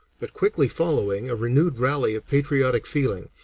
but quickly following, a renewed rally of patriotic feeling,